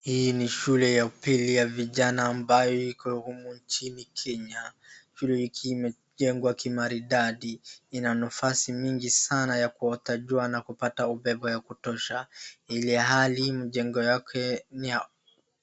Hii ni shule ya upili ya vijana ambayo iko humu nchini Kenya. Shule ikiwa imejengwa kimaridadi. Ina nafasi mingi sana ya kuota jua na kupata upepo ya kutosha ilhali mjengo yake ni ya